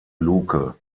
luke